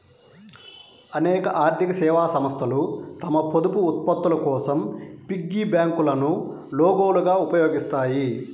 అనేక ఆర్థిక సేవా సంస్థలు తమ పొదుపు ఉత్పత్తుల కోసం పిగ్గీ బ్యాంకులను లోగోలుగా ఉపయోగిస్తాయి